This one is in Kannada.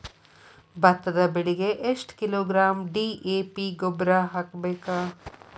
ಭತ್ತದ ಬೆಳಿಗೆ ಎಷ್ಟ ಕಿಲೋಗ್ರಾಂ ಡಿ.ಎ.ಪಿ ಗೊಬ್ಬರ ಹಾಕ್ಬೇಕ?